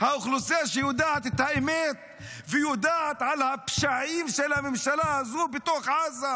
האוכלוסייה שיודעת את האמת ויודעת על הפשעים של הממשלה הזו בתוך עזה,